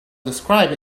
describe